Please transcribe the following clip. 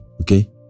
Okay